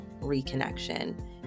Reconnection